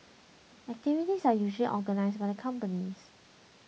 activities are usually organised by the companies